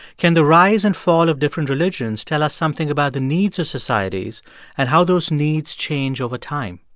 can the rise and fall of different religions tell us something about the needs of societies and how those needs change over time?